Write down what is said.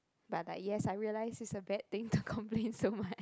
but like yes I realise it's a bad thing to complain so much